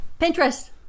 Pinterest